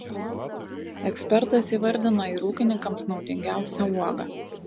ekspertas įvardina ir ūkininkams naudingiausią uogą